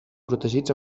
protegits